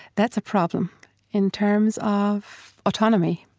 that's a problem in terms of autonomy,